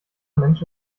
mensch